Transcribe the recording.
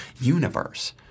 universe